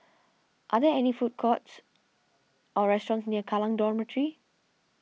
are there any food courts or restaurants near Kallang Dormitory